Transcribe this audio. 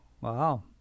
Wow